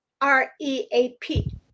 R-E-A-P